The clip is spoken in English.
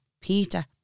Peter